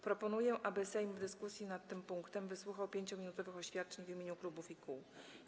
Proponuję, aby Sejm w dyskusji nad tym punktem wysłuchał 5-minutowych oświadczeń w imieniu klubów i kół.